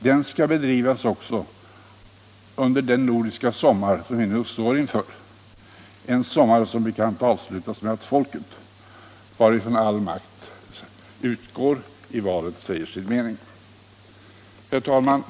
Den skall bedrivas också under den nordiska sommar som vi nu står inför, en sommar vilken som bekant avslutas med att folket, varifrån all makt utgår, i valet säger sin mening. Herr talman!